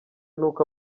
nuko